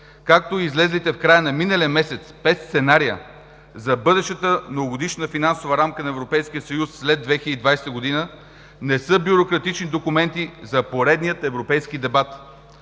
както и излезлите в края на миналия месец пет сценария за бъдещата Многогодишна финансова рамка на Европейския съюз след 2020 г. не са бюрократични документи за поредния европейски дебат.